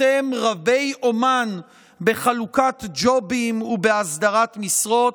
אתם רבי-אומן בחלוקת ג'ובים ובהסדרת משרות,